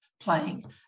playing